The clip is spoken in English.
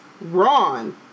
ron